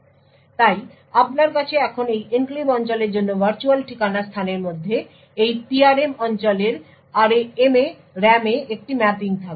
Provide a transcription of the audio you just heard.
সুতরাং তাই আপনার কাছে এখন এই এনক্লেভ অঞ্চলের জন্য ভার্চুয়াল ঠিকানা স্থানের মধ্যে এই PRM অঞ্চলের RAM এ একটি ম্যাপিং থাকবে